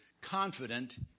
confident